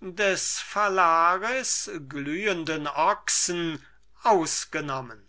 des phalaris glühenden ochsen ausgenommen